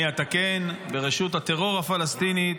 אני אתקן, ברשות הטרור הפלסטינית,